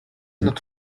not